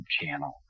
channel